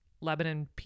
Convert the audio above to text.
Lebanon